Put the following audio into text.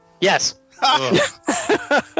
Yes